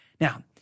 Now